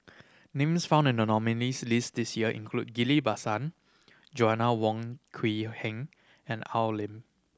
names found in the nominees' list this year include Ghillie Basan Joanna Wong Quee Heng and Al Lim